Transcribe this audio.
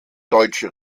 deutsche